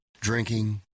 Drinking